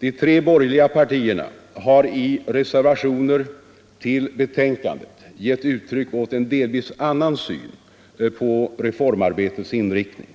De tre borgerliga partierna har i reservationer till betänkandet gett uttryck åt en delvis annan syn på reformarbetets inriktning.